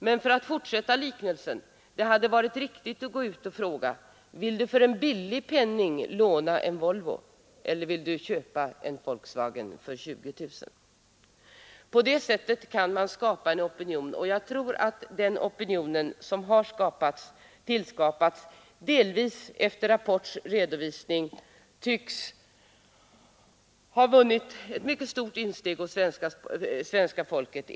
Men för att fortsätta liknelsen hade det varit riktigt att gå ut och fråga: Vill du för en billig penning låna en Volvo eller vill du köpa en Volkswagen för 20 000 kronor? På det sättet kan man skapa en opinion. Och den opinion som tillskapats tycks ha vunnit mycket stort insteg hos svenska folket efter Rapports redovisning.